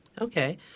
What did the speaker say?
Okay